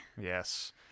yes